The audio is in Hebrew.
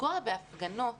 לפגוע בהפגנות